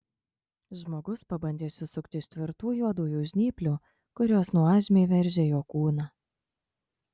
žmogus pabandė išsisukti iš tvirtų juodųjų žnyplių kurios nuožmiai veržė jo kūną